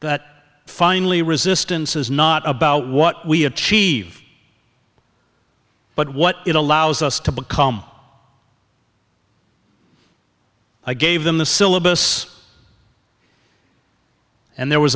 that finally resistance is not about what we achieve but what it allows us to become i gave them the syllabus and there was